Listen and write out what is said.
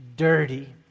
Dirty